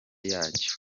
yacyo